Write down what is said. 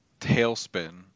tailspin